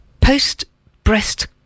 post-breast